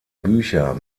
bücher